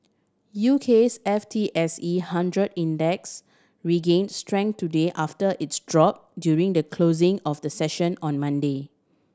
UK's F T S E hundred Index regain strength today after its drop during the closing of the session on Monday